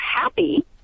happy